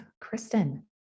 Kristen